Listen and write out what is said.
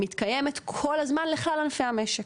מתקיימת כל הזמן לכל ענפי המשק,